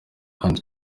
kandi